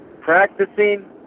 practicing